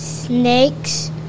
Snakes